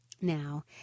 Now